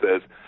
says